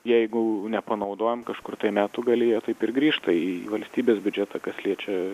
jeigu nepanaudojom kažkur tai metų gale jie taip ir grįžta į valstybės biudžetą kas liečia